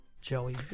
Joey